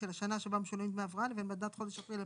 מהשנה השנייה ועד השנה החמישית,